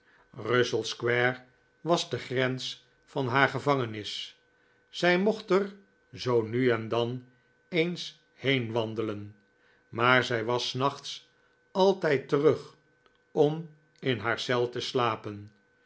russell square was de grens van haar gevangenis zij mocht er zoo nu en dan eens heen wandelen maar zij was s nachts altijd terug om in haar eel te slapen